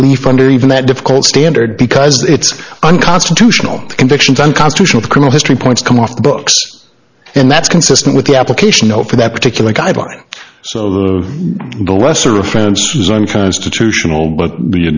relief under even that difficult standard because it's unconstitutional convictions unconstitutional cruel history points come off the books and that's consistent with the application for that particular guideline so the lesser offense was unconstitutional but